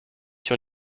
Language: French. sur